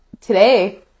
today